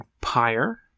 Pyre